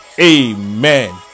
Amen